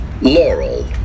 Laurel